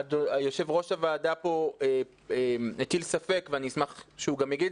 יושב-ראש הוועדה הטיל ספק ואשמח שיגיד,